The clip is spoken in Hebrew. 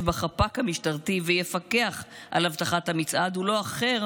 בחפ"ק המשטרתי ויפקח על אבטחת המצעד הוא לא אחר